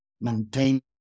maintain